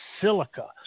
silica